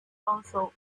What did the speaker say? also